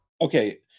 Okay